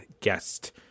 guest